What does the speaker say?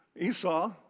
Esau